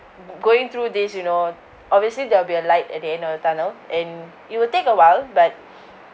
going through this you know obviously there will be a light at the end of the tunnel and it will take awhile but